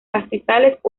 pastizales